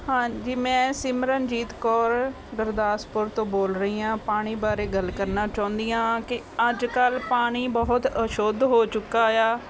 ਹਾਂਜੀ ਮੈਂ ਸਿਮਰਨਜੀਤ ਕੌਰ ਗੁਰਦਾਸਪੁਰ ਤੋਂ ਬੋਲ ਰਹੀ ਹਾਂ ਪਾਣੀ ਬਾਰੇ ਗੱਲ ਕਰਨਾ ਚਾਹੁੰਦੀ ਹਾਂ ਕਿ ਅੱਜ ਕੱਲ੍ਹ ਪਾਣੀ ਬਹੁਤ ਅਸ਼ੁੱਧ ਹੋ ਚੁੱਕਾ ਆ